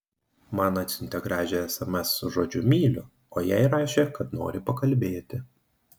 man atsiuntė gražią sms su žodžiu myliu o jai rašė kad nori pakalbėti